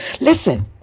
listen